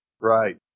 Right